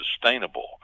sustainable